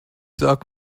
sag